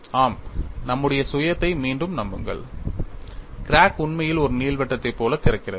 ஆம் நம்முடைய சுயத்தை மீண்டும் நம்புங்கள் கிராக் உண்மையில் ஒரு நீள்வட்டத்தைப் போல திறக்கிறது